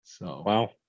Wow